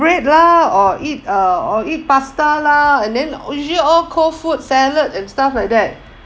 bread lah or eat uh or eat pasta lah and then usually all cold food salad and stuff like that